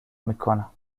میکنم